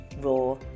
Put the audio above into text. raw